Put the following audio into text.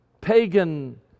pagan